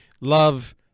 love